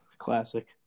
Classic